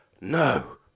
no